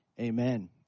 Amen